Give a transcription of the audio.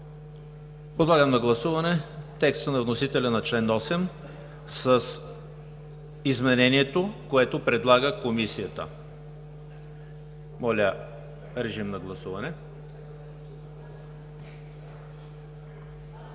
Подлагам на гласуване текста на вносителя за чл. 8 с изменението, което предлага Комисията. Гласували